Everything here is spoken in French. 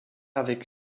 avec